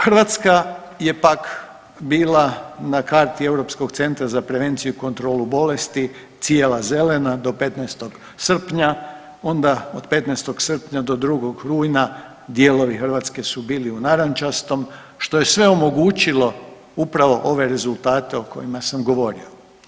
Hrvatska je pak bila na karti Europskog centra za prevenciju i kontrolu bolesti cijela zelena do 15. srpnja onda od 15. srpnja do 2. rujna dijelovi Hrvatske su bili u narančastom što je sve omogućilo upravo ove rezultate o kojima sam govorio.